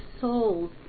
souls